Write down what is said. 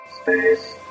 Space